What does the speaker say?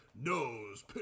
nose